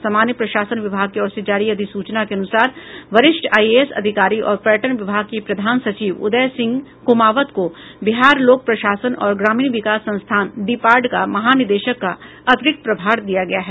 सामान्य प्रशासन विभाग की ओर से जारी अधिसूचना के अनुसार वरिष्ठ आईएएस अधिकारी और पर्यटन विभाग के प्रधान सचिव उदय सिंह कुमावत को बिहार लोक प्रशासन और ग्रामीण विकास संस्थान बिपार्ड का महानिदेशक का अतिरिक्त प्रभार दिया गया है